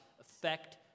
affect